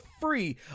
free